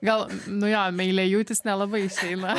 gal nu jo meiliajūtis nelabai išeina